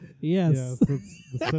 Yes